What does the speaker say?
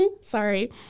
sorry